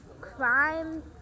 crime